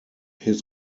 his